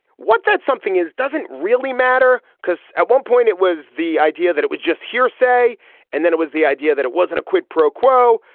what that something is doesn't really matter because at one point it was the idea that it was just hearsay and then it was the idea that it wasn't a quid pro quo.